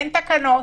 אין תקנות,